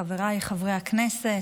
חבריי חברי הכנסת,